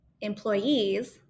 employees